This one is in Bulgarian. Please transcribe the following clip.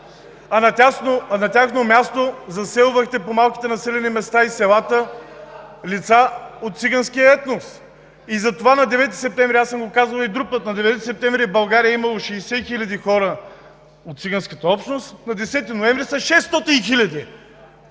а на тяхно място заселвахте по малките населени места, из селата, лица от циганския етнос и затова на 9-и септември, аз съм го казвал и друг път, в България е имало 60 хиляди хора от циганската общност, на десети ноември са 600 хиляди!